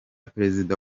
perezida